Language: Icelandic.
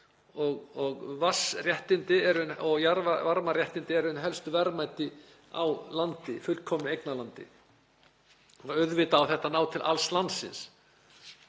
Vatnsréttindi og jarðvarmaréttindi eru helstu verðmæti á landi, fullkomnu eignarlandi. Auðvitað á þetta að ná til alls landsins.